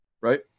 right